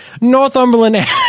Northumberland